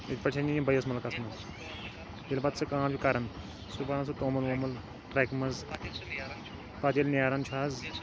ییٚتہِ پٮ۪ٹھ چھےٚ نِنۍ یہِ بیٚیِس مُلکَس منٛز ییٚلہِ پَتہٕ سُہ کٲم چھُ کَران سُہ بَران سُہ توٚمُل ووٚمُل ٹرٛکہِ منٛز پَتہٕ ییٚلہِ نیران چھُ حظ